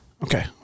Okay